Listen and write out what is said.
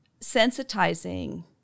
sensitizing